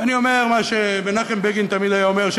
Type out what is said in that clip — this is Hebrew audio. ואני אומר מה שמנחם בגין תמיד היה אומר,